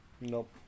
Nope